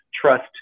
Trust